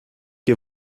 que